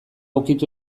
ukitu